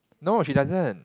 no she doesn't